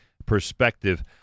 perspective